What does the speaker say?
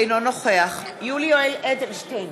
אינו נוכח יולי יואל אדלשטיין,